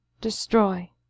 destroy